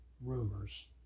rumors